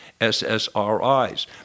SSRIs